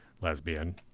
lesbian